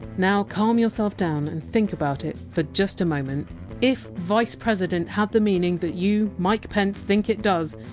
now, calm yourself down and think about it for just a moment if! vice president! had the meaning but you, mike pence, think it does,